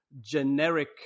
generic